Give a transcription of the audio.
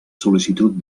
sol·licitud